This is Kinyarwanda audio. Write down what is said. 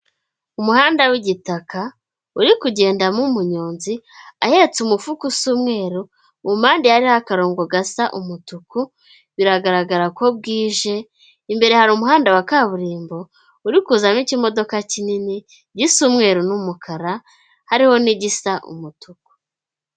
Umuhanda w'igitaka uri kugendamo umunyonzi ahetse umufuka usa umweru mu mpande hariho akarongo gasa umutuku, biragaragara ko bwije, imbere hari umuhanda wa kaburimbo uri kuzazana ikimodoka kinini gisa umweruru n'umukara hariho n'igisa umutuku.